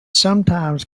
sometimes